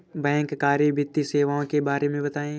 बैंककारी वित्तीय सेवाओं के बारे में बताएँ?